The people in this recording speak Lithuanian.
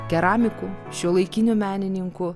keramiku šiuolaikiniu menininku